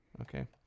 Okay